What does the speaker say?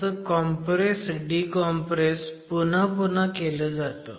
असं compress decompress पुन्हा पुन्हा केलं जातं